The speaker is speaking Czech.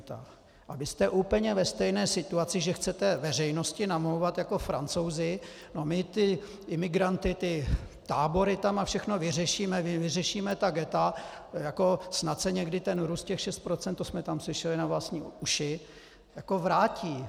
A vy jste úplně ve stejné situaci, že chcete veřejnosti namlouvat jako Francouzi: My ty imigranty, ty tábory tam a všechno vyřešíme, vyřešíme ghetta, snad se někdy ten růst, těch šest procent, to jsme tam slyšeli na vlastní uši, vrátí.